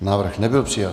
Návrh nebyl přijat.